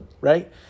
right